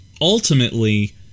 ultimately